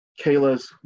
Kayla's